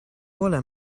vuole